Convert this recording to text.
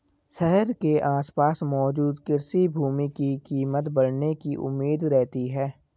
शहर के आसपास मौजूद कृषि भूमि की कीमत बढ़ने की उम्मीद रहती है